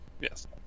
yes